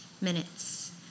minutes